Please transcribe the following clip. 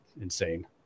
insane